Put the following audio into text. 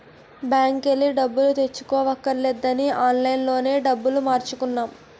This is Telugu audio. బాంకెల్లి డబ్బులు తెచ్చుకోవక్కర్లేదని ఆన్లైన్ లోనే డబ్బులు మార్చుకున్నాం